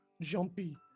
jumpy